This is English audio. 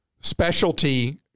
specialty